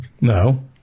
No